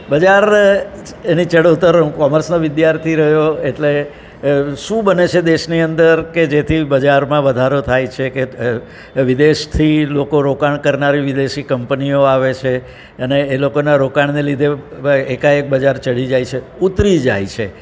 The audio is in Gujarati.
બજાર ની ચઢ ઉતર હું કોમર્સનો વિદ્યાર્થી રહ્યો એટલે શું બને છે દેશની અંદર કે જેથી બજારમાં વધારો થાય છે કે વિદેશથી લોકો રોકાણ કરનારી વિદેશી કંપનીઓ આવે છે અને એ લોકોનાં રોકાણને લીધે ભાઈ એકાએક બજાર ચઢી જાય છે ઉતરી જાય છે